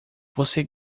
você